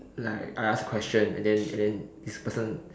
like I ask questions and then and then this person